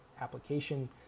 application